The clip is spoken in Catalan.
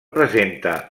presenta